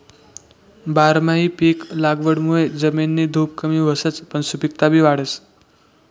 बारमाही पिक लागवडमुये जमिननी धुप कमी व्हसच पन सुपिकता बी वाढस